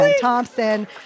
Thompson